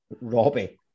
Robbie